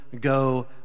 go